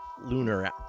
Lunar